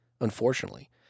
unfortunately